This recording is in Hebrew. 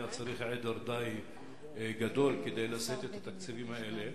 היה צריך עדר די גדול לשאת את התקציבים האלה,